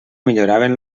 milloraven